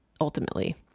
ultimately